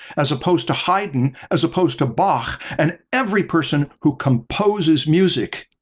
as opposed to haydn, as opposed to bach and every person who composes music.